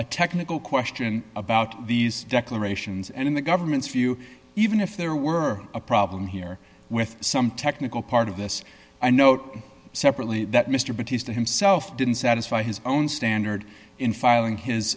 a technical question about these declarations and in the government's view even if there were a problem here with some technical part of this i note separately that mr battista himself didn't satisfy his own standard in filing his